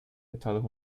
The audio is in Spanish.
estados